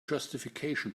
justification